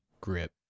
grip